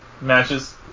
matches